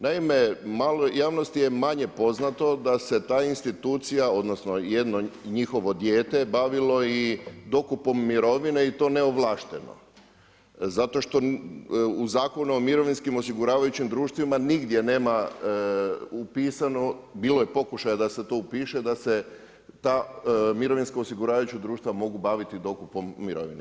Naime, javnosti je manje poznato da se ta institucija odnosno jedno njihovo dijete bavili i dokupom mirovine i to neovlašteno zato što u Zakonu o mirovinskim osiguravajućim društvima nigdje nema upisano, bilo je pokušaja da se to upiše, da se ta mirovinska osiguravaju društva mogu baviti dokupom mirovine.